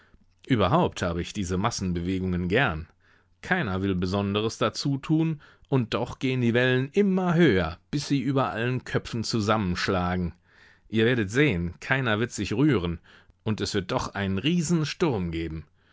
überhaupt habe ich diese massenbewegungen gern keiner will besonderes dazu tun und doch gehen die wellen immer höher bis sie über allen köpfen zusammenschlagen ihr werdet sehen keiner wird sich rühren und es wird doch einen riesensturm geben